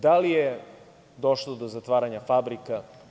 Da li je došlo do zatvaranja fabrika?